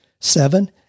Seven